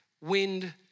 wind